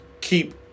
keep